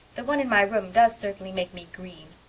the one in my room does certainly make me green.